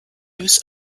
use